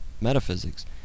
metaphysics